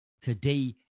today